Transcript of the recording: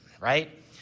right